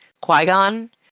Qui-Gon